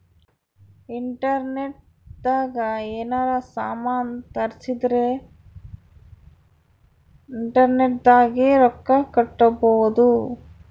internet ದಾಗ ಯೆನಾರ ಸಾಮನ್ ತರ್ಸಿದರ ಇಂಟರ್ನೆಟ್ ದಾಗೆ ರೊಕ್ಕ ಕಟ್ಬೋದು